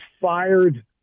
fired